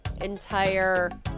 entire